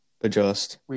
Adjust